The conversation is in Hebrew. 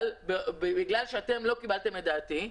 אבל בגלל שאתם לא קיבלתם את דעתי,